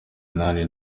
inani